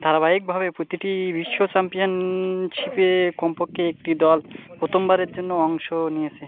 ধারাবাহিকভাবে প্রতিটি বিশ্ব চ্যাম্পিয়নশিপে কমপক্ষে একটি দল প্রথমবারের জন্য অংশ নিয়েছে